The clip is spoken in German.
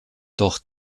doch